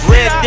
Red